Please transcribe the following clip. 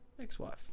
ex-wife